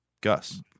Gus